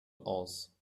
aus